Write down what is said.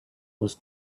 was